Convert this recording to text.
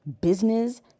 business